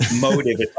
motive